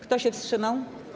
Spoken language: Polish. Kto się wstrzymał?